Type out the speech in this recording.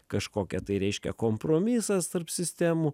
kažkokia tai reiškia kompromisas tarp sistemų